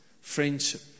friendship